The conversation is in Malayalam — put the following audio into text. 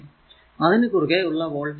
അതിനു കുറുകെ ഉള്ള വോൾടേജ് 5 വോൾട് ആണ്